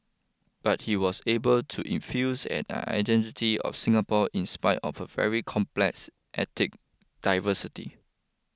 but he was able to infuse an identity of Singapore in spite of a very complex ethnic diversity